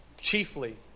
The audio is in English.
chiefly